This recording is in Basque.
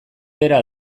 bera